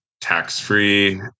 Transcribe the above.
tax-free